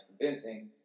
convincing